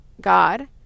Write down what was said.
God